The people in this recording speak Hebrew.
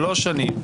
שלוש שנים,